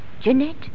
Jeanette